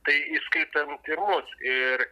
tai įskaitant ir mus ir